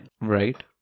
Right